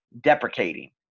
deprecating